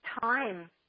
time